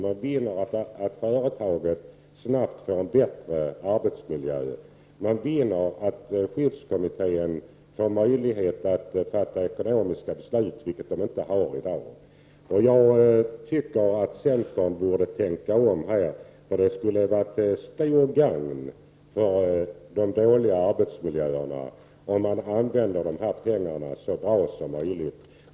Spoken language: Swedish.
Man vinner att företaget snabbt får en bättre arbetsmiljö. Man vinner att skyddskommittén får möjlighet att fatta ekonomiska beslut, vilket den inte har i dag. Jag tycker att centern borde tänka om här, eftersom det skulle vara till stort gagn för arbetsmiljöerna om pengarna användes så bra som möjligt.